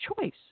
choice